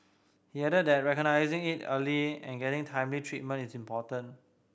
he added that recognising it early and getting timely treatment is important